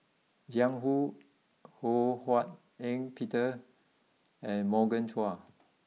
Jiang Hu Ho Hak Ean Peter and Morgan Chua